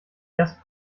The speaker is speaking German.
erst